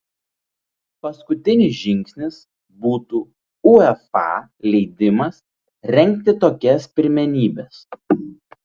paskutinis žingsnis būtų uefa leidimas rengti tokias pirmenybes